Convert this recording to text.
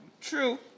True